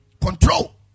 control